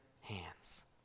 hands